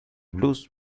blues